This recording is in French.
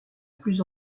plus